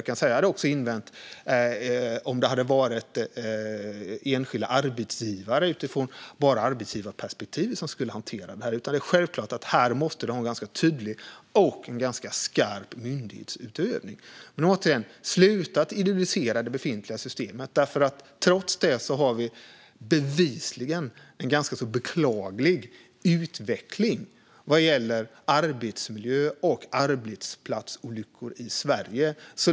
Jag kan säga att jag hade invänt också om det varit enskilda arbetsgivare som skulle hantera detta enbart utifrån arbetsgivarperspektivet. Det är självklart att vi här måste ha tydlig och ganska skarp myndighetsutövning. Återigen: Sluta idyllisera det befintliga systemet! Trots det har vi bevisligen en ganska beklaglig utveckling vad gäller arbetsmiljö och arbetsplatsolyckor i Sverige.